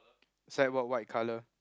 is like white white colour